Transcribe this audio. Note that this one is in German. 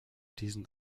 diesen